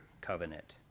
covenant